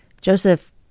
Joseph